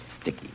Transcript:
sticky